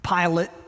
Pilate